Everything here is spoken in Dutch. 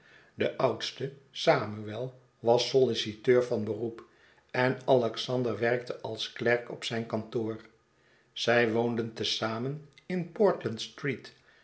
de oudste samuel was solliciteur van beroep en alexander werkte als klerk op zijn kantoor zij woonden te zamen in portland